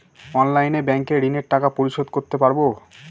অনলাইনে ব্যাংকের ঋণের টাকা পরিশোধ করতে পারবো?